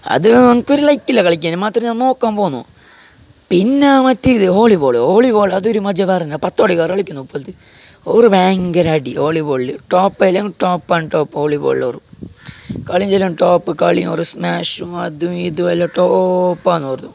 അത് എനിക്കൊരു ലൈക്കില്ല കളിക്കുന്നതിന് മാത്രമല്ല ഞാൻ നോക്കാൻ പോകുന്നു പിന്നെ മറ്റേ ഇത് വോളിബോൾ വോളിബോൾ അത് ഒരു മജ്ജ വേറെ തന്നെ പത്ത് അവര് പത്തു പേര് കളിക്കുന്നു ഒര് ഭയങ്കര അടി വോളിബാളില് ടോപ്പില് ടോപ്പ് ആൻഡ് ടോപ്പ് വോളിബാളില് വരും കളി എങ്ങനെ എന്ന് വെച്ചാല് ടോപ് കളി ഒര് സ്മാഷും അതും ഇതും എല്ലാം ടോപ്പാണ് പറഞ്ഞാൽ